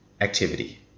activity